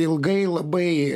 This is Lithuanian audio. ilgai labai